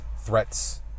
threats